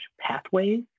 pathways